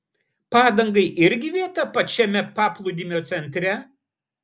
padangai irgi vieta pačiame paplūdimio centre